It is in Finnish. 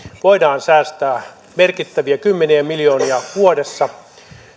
voidaan säästää merkittävästi kymmeniä miljoonia vuodessa